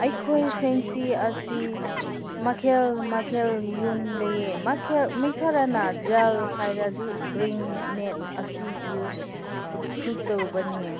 ꯑꯩꯈꯣꯏ ꯐꯦꯟꯁꯤꯡ ꯑꯁꯤ ꯃꯈꯜ ꯃꯈꯜ ꯌꯨꯝ ꯂꯩꯌꯦ ꯃꯈꯜ ꯃꯤ ꯈꯔꯅ ꯖꯦꯜ ꯍꯥꯏꯔꯗꯤ ꯒ꯭ꯔꯤꯟ ꯅꯦꯠ ꯑꯁꯤ ꯌꯨꯖꯁꯨ ꯇꯧꯕꯅꯤ